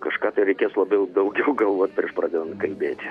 kažką tai reikės labiau daugiau galvot prieš pradedant kalbėti